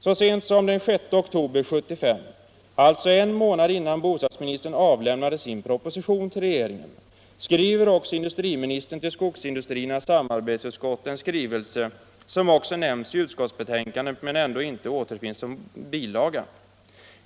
Så sent som den 6 oktober 1975 — alltså en månad innan bostadsministern avlämnade sin proposition till regeringen — skriver också industriministern till skogsindustriernas samarbetsutskott en skrivelse, som också nämns i utskottsbetänkandet men ändå inte återfinns som bilaga.